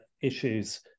issues